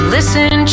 Listen